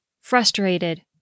frustrated